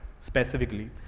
specifically